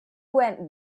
went